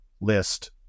list